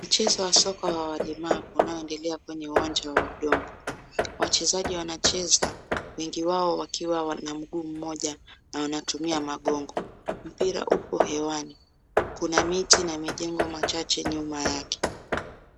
Mchezo wa soka wa walemavu unaoendelea kwenye uwanja wa udongo. Wachezaji wanacheza, wengi wao wakiwa wana mguu mmoja na wanatumia magongo. Mpira upo hewani. Kuna miti na mijengo machache nyuma yake.